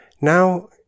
now